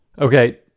Okay